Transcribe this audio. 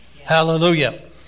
Hallelujah